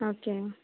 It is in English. okay